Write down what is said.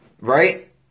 right